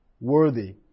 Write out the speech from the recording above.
worthy